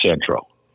Central